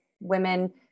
women